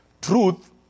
Truth